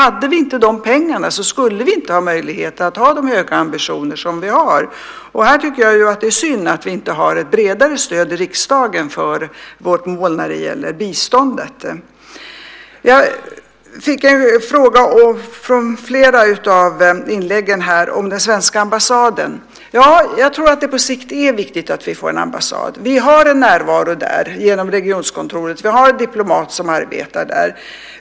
Hade vi inte de pengarna så skulle vi inte ha möjlighet att ha de höga ambitioner som vi har. Här tycker jag att det är synd att vi inte har ett bredare stöd i riksdagen för vårt mål när det gäller biståndet. Jag fick en fråga i flera av inläggen om den svenska ambassaden. Ja, jag tror att det på sikt är viktigt att vi får en ambassad. Vi har en närvaro där genom regionkontoret. Vi har en diplomat som arbetar där.